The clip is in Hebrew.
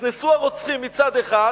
נכנסו הרוצחים מצד אחד,